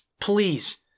please